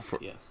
yes